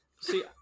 See